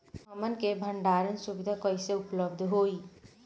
हमन के भंडारण सुविधा कइसे उपलब्ध होई?